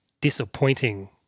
Disappointing